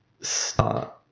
start